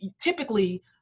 Typically